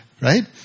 right